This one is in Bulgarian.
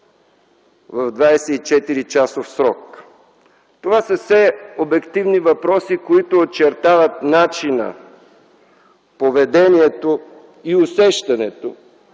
в 24-часов срок? Това са все обективни въпроси, които очертават начина, поведението и усещането